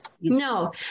No